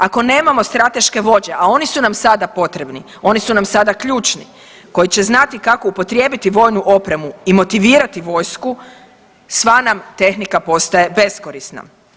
Ako nemamo strateške vođe, a oni su nam sada potrebni, oni su nam sada ključni, koji će znati kako upotrijebiti vojnu opremu i motivirati vojsku, sva nam tehnika postaje beskorisna.